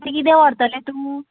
आतां कितें व्हरतले तूं